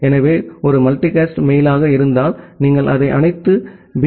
எனவே ஒரு மல்டிகாஸ்ட் மெயிலாக இருந்தால் நீங்கள் அதை அனைத்து பி